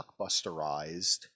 blockbusterized